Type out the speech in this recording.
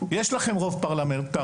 יש לכם רוב פרלמנטרי,